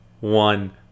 one